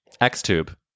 X-Tube